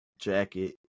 jacket